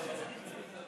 תודה.